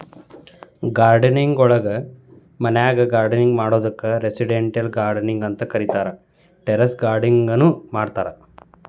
gardening ನೊಳಗ ಮನ್ಯಾಗ್ garden ಮಾಡೋದಕ್ಕ್ ರೆಸಿಡೆಂಟಿಯಲ್ ಗಾರ್ಡನಿಂಗ್ ಅಂತ ಕರೇತಾರ, ಟೆರೇಸ್ ಗಾರ್ಡನಿಂಗ್ ನು ಮಾಡ್ತಾರ